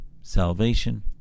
salvation